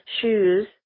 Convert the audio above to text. shoes